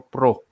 Pro